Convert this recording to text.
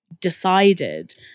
decided